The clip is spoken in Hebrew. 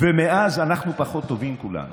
ומאז אנחנו פחות טובים, כולנו.